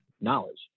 knowledge